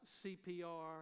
CPR